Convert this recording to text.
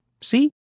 See